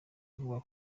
avuga